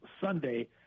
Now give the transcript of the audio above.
Sunday